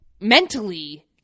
mentally –